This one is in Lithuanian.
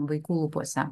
vaikų lūpose